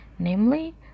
Namely